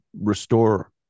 restore